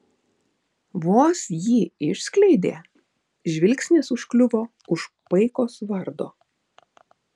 vos jį išskleidė žvilgsnis užkliuvo už paikos vardo